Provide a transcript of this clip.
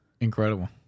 Incredible